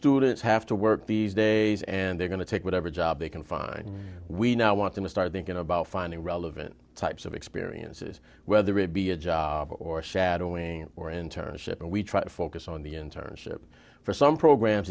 don't have to work these days and they're going to take whatever job they can find we now want to start thinking about finding relevant types of experiences whether it be a job or shadowing or internship and we try to focus on the internship for some programs